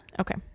Okay